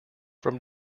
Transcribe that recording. from